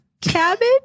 cabbage